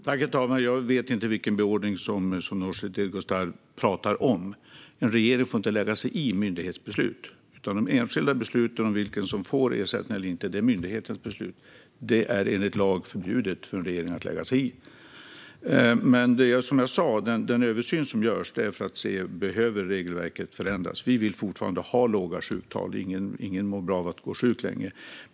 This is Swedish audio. Herr talman! Jag vet inte vad det är för beordring Nooshi Dadgostar talar om. En regering får inte lägga sig i myndighetsbeslut. De enskilda besluten om vem som får och inte får ersättning fattas av myndigheten. Det är enligt lag förbjudet för en regering att lägga sig i detta. Den översyn som görs syftar, som jag sa, till att se om regelverket behöver förändras. Vi vill fortfarande ha låga sjuktal; ingen mår bra av att gå sjuk länge.